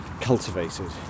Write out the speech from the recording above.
cultivated